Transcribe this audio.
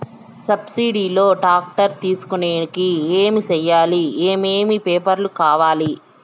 Subsidy లో tractor తీసుకొనేకి ఏమి చేయాలి? ఏమేమి పేపర్లు కావాలి?